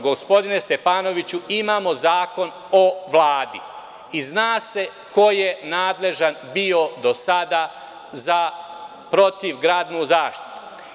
Gospodine Stefanoviću, imamo Zakon o Vladi, zna se ko je nadležan bio do sada za protivgradnu zaštitu.